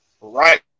right